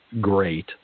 great